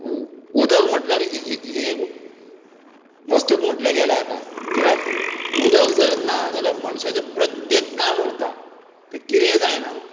उदक म्हटल्यार हें एक वस्तूत म्हटल्या गेल्या आता कित्याक उदक जर ना जाल्या मनशाचें प्रत्येक काम उरता तें कितेंय जायना